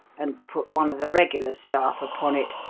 and put one of the regular staff upon it.